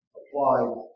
applied